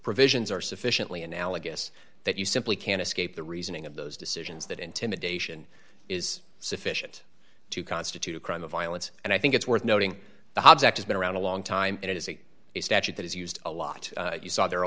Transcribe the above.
provisions are sufficiently analogous that you simply can't escape the reasoning of those decisions that intimidation is sufficient to constitute a crime of violence and i think it's worth noting the hobbs act has been around a long time and it is a statute that is used a lot you saw there a